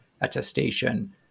attestation